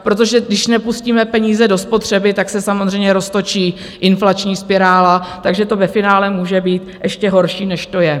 Protože když nepustíme peníze do spotřeby, tak se samozřejmě roztočí inflační spirála, takže to ve finále může být ještě horší, než to je.